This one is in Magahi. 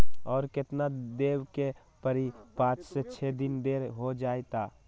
और केतना देब के परी पाँच से छे दिन देर हो जाई त?